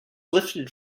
lifted